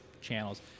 channels